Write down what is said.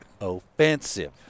offensive